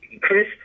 Chris